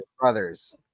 Brothers